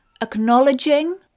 acknowledging